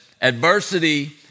adversity